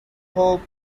hoped